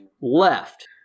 left